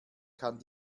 kann